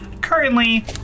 currently